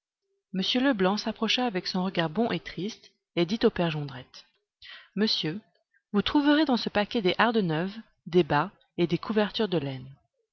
m leblanc s'approcha avec son regard bon et triste et dit au père jondrette monsieur vous trouverez dans ce paquet des hardes neuves des bas et des couvertures de laine